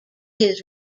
his